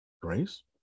Grace